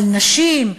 על נשים,